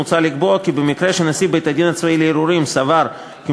מוצע לקבוע כי במקרה שנשיא בית-הדין הצבאי לערעורים סבר כי